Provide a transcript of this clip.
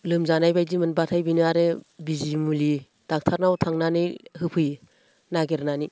लोमजानाय बायदि मोनब्लाथाय आरो बिनो बिजि मुलि ड'क्टरनाव थांनानै होफैयो नागिरनानै